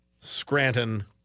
Scranton